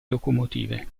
locomotive